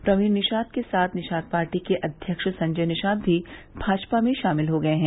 प्रवीण निषाद के साथ निषाद पार्टी के अध्यक्ष संजय निषाद भी भाजपा में शामिल हो गये हैं